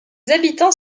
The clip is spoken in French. habitants